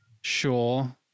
sure